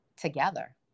together